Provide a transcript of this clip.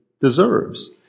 deserves